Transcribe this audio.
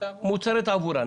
מוצרי התעבורה.